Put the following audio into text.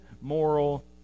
moral